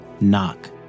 knock